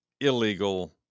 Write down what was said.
illegal